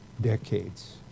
decades